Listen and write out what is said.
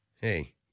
hey